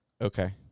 Okay